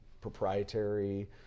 proprietary